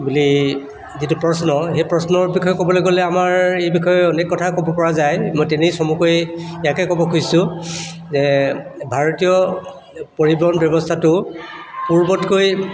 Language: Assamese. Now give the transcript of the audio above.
বুলি যিটো প্ৰশ্ন সেই প্ৰশ্নৰ বিষয়ে ক'বলৈ গ'লে আমাৰ এই বিষয়ে অনেক কথা ক'ব পৰা যায় মই তেনেই চমুকৈ ইয়াকে ক'ব খুজিছোঁ যে ভাৰতীয় পৰিবহণ ব্যৱস্থাটো পূৰ্বতকৈ